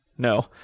No